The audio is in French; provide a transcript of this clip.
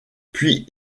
puis